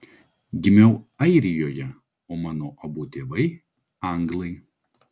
gimiau airijoje o mano abu tėvai anglai